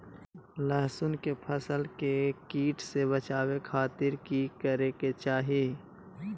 लहसुन के फसल के कीट से बचावे खातिर की करे के चाही?